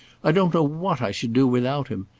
i don't know what i should do without him.